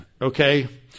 Okay